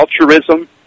altruism